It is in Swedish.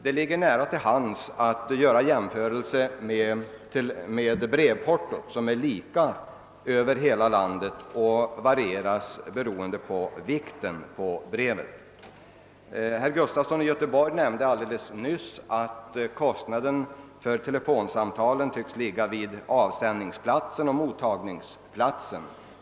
Det ligger nära till hands att göra jämförelser med brevportot som är lika över hela landet och varieras beroende av brevets vikt. Herr Gustafson i Göteborg nämnde att kostnaden för telefonsamtal synes ligga i första hand vid avsändningsplatsen och mottagningsplatsen.